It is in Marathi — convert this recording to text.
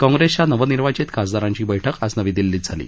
काँग्रेसच्या नवनिर्वाचित खासदारांची बैठक आज दिल्लीत झाली